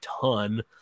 ton